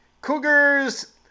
Cougars